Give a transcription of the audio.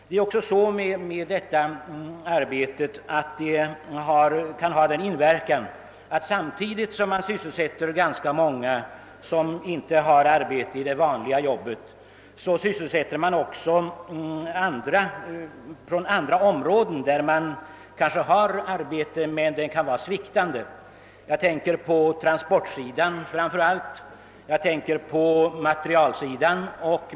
Den nya typen av beredskapsarbeten kan också ha den inverkan, att samtidigt med att många som inte längre har kvar sitt gamla arbete får sysselsättning, så sysselsätts ganska många arbetare inom andra områden, där sysselsättningen kanske inte helt avbrutits men ändå är sviktande. Jag tänker framför allt på transportsidan men också på materialsidan.